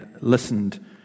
listened